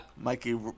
Mikey